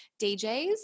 DJs